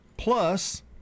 Plus